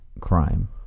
crime